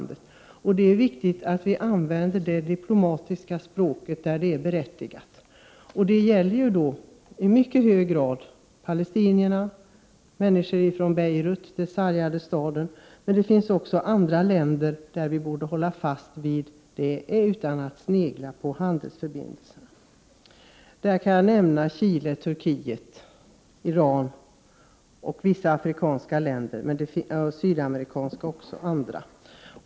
Det är viktigt att man använder det diplomatiska språket där det är berättigat. Det gäller i mycket hög grad palestinierna och människor från det sargade Beirut. Men också i fråga om andra länder borde vi hålla fast vid detta utan att snegla på handelsförbindelserna. Jag kan som exempel på sådana länder nämna Chile, Turkiet, Iran och vissa afrikanska och sydamerikanska länder.